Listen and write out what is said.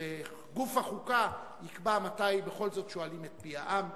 שבגוף החוקה נקבע בכל זאת מתי בכל זאת שואלים את פי העם,